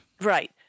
Right